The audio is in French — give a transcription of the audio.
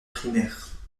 primaire